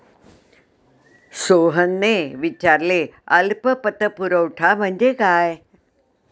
सोहनने विचारले अल्प पतपुरवठा म्हणजे काय?